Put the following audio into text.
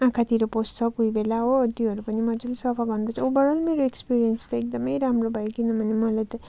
आँखातिर पस्छ कोही बैला हो त्योहरू पनि मजाले सफा गर्नु पर्छ ओभर अल मेरो एक्स्पिरियन्स त एकदम राम्रो भयो किनभने मलाई त